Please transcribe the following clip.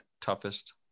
toughest